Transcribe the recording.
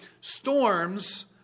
storms